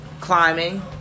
climbing